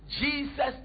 Jesus